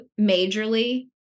majorly